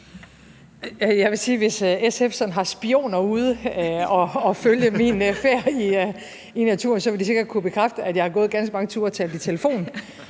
Jeg vil sige, at hvis SF sådan har spioner ude og følge min færd i naturen, vil de sikkert kunne bekræfte, at jeg har gået ganske mange ture og talt i telefon,